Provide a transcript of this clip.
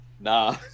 nah